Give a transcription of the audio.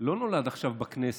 לא נולד עכשיו בכנסת.